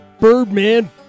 Birdman